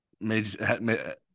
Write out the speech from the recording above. major